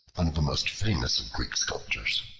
one of the most famous of greek sculptors.